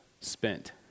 spent